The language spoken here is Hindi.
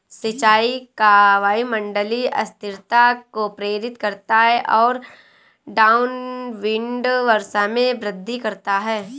सिंचाई का वायुमंडलीय अस्थिरता को प्रेरित करता है और डाउनविंड वर्षा में वृद्धि करता है